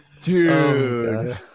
dude